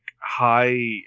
high